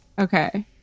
Okay